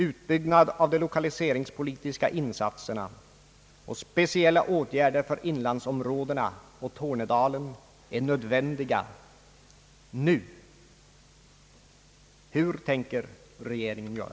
Utbyggnad av de lokaliseringspolitiska insatserna och speciella åtgärder för inlandsområdena och Tornedalen är nödvändiga nu. Hur tänker regeringen göra?